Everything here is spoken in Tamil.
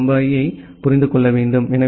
டி பம்பாயைப் புரிந்து கொள்ள வேண்டும்